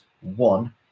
One